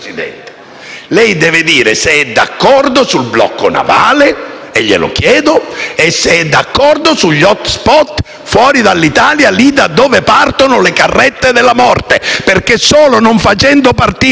lei deve dire se è d'accordo sul blocco navale, e glielo chiedo, e se è d'accordo sugli *hot spot* fuori dall'Italia, da dove partono le carrette della morte, perché solo non facendo partire le carrette